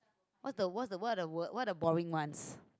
what's the what's the what are the what are the boring ones